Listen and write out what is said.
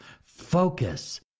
Focus